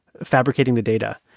fabricating the data.